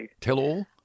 Tell-all